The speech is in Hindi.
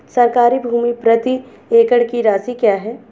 सरकारी भूमि प्रति एकड़ की राशि क्या है?